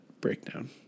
breakdown